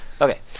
Okay